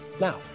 now